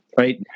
right